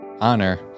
honor